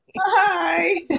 Hi